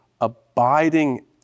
abiding